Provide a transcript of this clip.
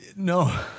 No